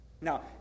now